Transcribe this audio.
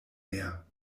mehr